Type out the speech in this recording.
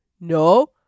No